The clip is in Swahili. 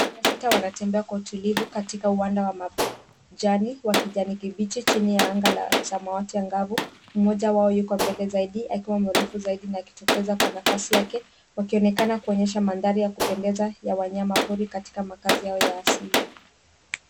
Twiga sita wanatembea kwa utulivu katika uwanja wa majani wa kijani kibichi chini ya anga la samawati angavu. Mmoja wao yuko mbele zaidi akiwa mrefu zaidi na akitokeza kwa nafasi yake wakionekana kuonyesha mandhari ya kupendeza ya wanyamapori katika makazi yao ya asili.